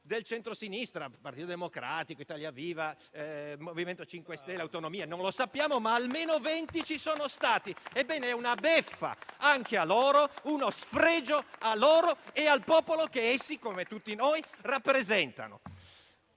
in questo senso: Partito Democratico, Italia Viva, MoVimento 5 Stelle, Per le Autonomie, non lo sappiamo, ma almeno 20 ci sono stati. È dunque una beffa anche per loro, uno sfregio a loro e al popolo che essi, come tutti noi, rappresentano.